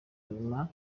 nyuma